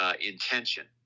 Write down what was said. intention